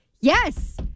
Yes